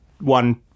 One